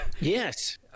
Yes